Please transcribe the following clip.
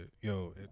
Yo